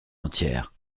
entière